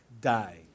die